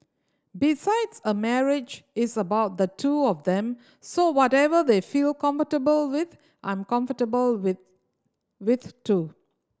besides a marriage is about the two of them so whatever they feel comfortable with I'm comfortable with with too